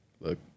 look